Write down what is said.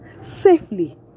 safely